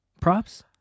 Props